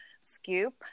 scoop